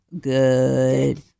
good